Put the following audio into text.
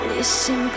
Listen